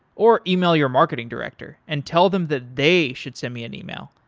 or email your marketing director and tell them that they should send me an email,